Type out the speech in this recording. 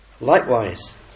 Likewise